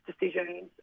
decisions